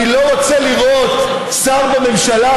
אני לא רוצה לראות שר בממשלה,